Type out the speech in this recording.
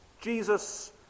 Jesus